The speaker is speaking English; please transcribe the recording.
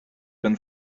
been